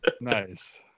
nice